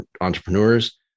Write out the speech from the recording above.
entrepreneurs